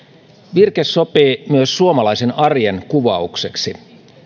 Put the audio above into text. virke sopii myös suomalaisen arjen kuvaukseksi